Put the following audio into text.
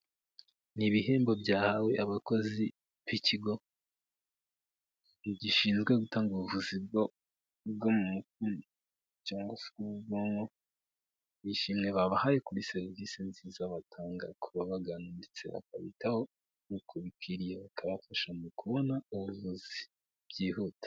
Ni ibihembo byahawe abakozi b'ikigo gishinzwe gutanga ubuvuzi bwo mu mutwe cyangwa se bw'ubwonko ni ishimwe babahaye kuri serivisi nziza batanga ku babagana ndetse bakabitaho mu nkuko bikwiriye bakabafasha mu kubona ubuvuzi byihuta.